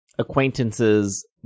acquaintances